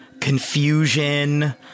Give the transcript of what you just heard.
confusion